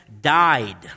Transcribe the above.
died